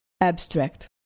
Abstract